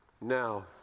Now